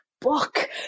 book